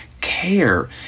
care